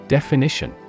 Definition